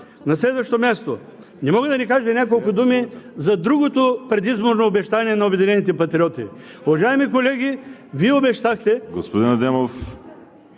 На следващо място, не мога да не кажа няколко думи за другото предизборно обещание на „Обединени патриоти“. Уважаеми колеги, Вие обещахте…